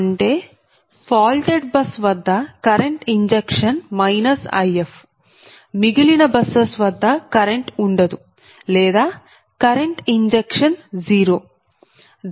అంటే faulted bus వద్ద current injection If మిగిలిన బసెస్ వద్ద కరెంట్ ఉండదు లేదా కరెంట్ ఇంజెక్షన్ 0